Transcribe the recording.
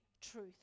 truth